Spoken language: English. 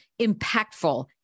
impactful